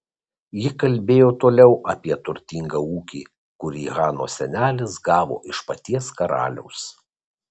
ji kalbėjo toliau apie turtingą ūkį kurį hanos senelis gavo iš paties karaliaus